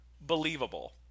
believable